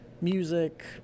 music